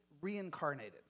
reincarnated